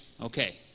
Okay